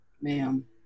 Ma'am